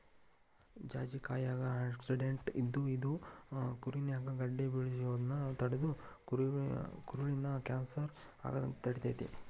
ಜಾಜಿಕಾಯಾಗ antioxidant ಇದ್ದು, ಇದು ಕರುಳಿನ್ಯಾಗ ಗಡ್ಡೆ ಬೆಳಿಯೋದನ್ನ ತಡದು ಕರುಳಿನ ಕ್ಯಾನ್ಸರ್ ಆಗದಂಗ ತಡಿತೇತಿ